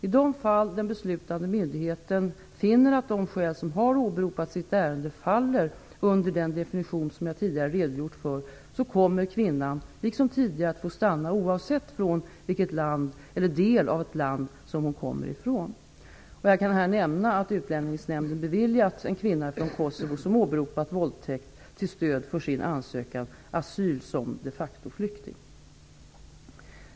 I de fall den beslutande myndigheten finner att de skäl som har åberopats i ett ärende faller under den definition som jag tidigare redogjorde för, kommer kvinnan, liksom tidigare, att få stanna oavsett från vilket land, eller del av ett land, som hon kommer ifrån. Jag kan här nämna att Utlänningsnämnden har beviljat en kvinna från Kosovo, som åberopat våldtäkt till stöd för sin ansökan, asyl som de facto-flykting.